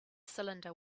cylinder